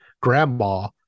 grandma